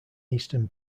eastern